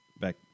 back